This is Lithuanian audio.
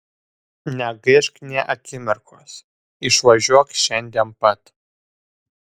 negaišk nė akimirkos išvažiuok šiandien pat